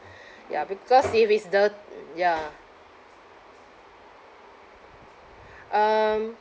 ya because if it's dirt~ ya um